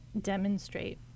demonstrate